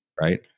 right